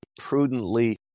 prudently